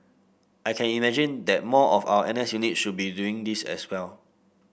I can imagine that more of our N S units should be doing this as well